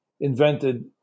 invented